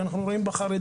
אנחנו רואים בחרדי,